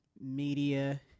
media